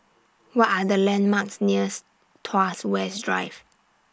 What Are The landmarks nears Tuas West Drive